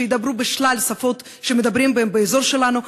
שידברו בשלל שפות שמדברים בהן באזור שלנו,